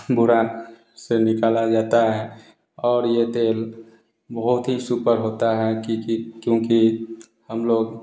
बुरान से निकला जाता है और ये तेल बहुत ही सुपर होता है कि कि क्योंकि हम लोग